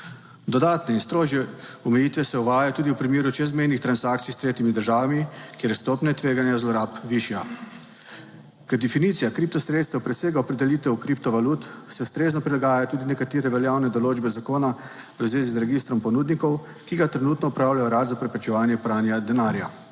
Dodatne in strožje omejitve se uvajajo tudi v primeru čezmejnih transakcij s tretjimi državami, kjer je stopnja tveganja zlorab višja. Ker definicija kriptosredstev presega opredelitev kriptovalut se ustrezno prilagajajo tudi nekatere veljavne določbe zakona v zvezi z registrom ponudnikov, ki ga trenutno opravlja Urad za preprečevanje pranja denarja.